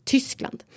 Tyskland